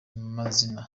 mazina